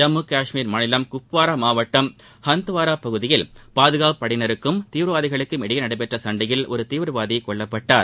ஜம்மு காஷ்மீர் மாநிலம் குப்வாரா மாவட்டம் ஹந்துவாரா பகுதியில் பாதுகாப்பு படையினருக்கும் தீவிரவாதிகளுக்கும் இடையே நடந்த சண்டையில் ஒரு தீவிரவாதி கொல்லப்பட்டார்